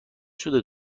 شده